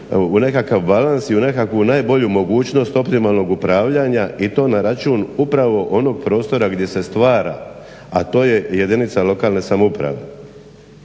u nekakav balans i u nekakvu najbolju mogućnost optimalnog upravljanja i to na račun upravo onog prostora gdje se stvara a to je jedinica lokalne samouprave.